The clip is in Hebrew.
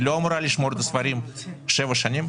היא לא אמורה לשמור את הספרים במשך שבע שנים?